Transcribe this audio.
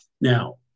Now